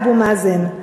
אבו מאזן,